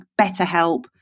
BetterHelp